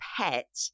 pet